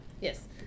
Yes